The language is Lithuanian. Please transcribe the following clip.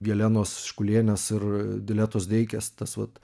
jelenos škulienės ir diletos deikės tas vat